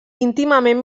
íntimament